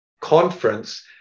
conference